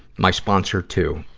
my sponsor, too.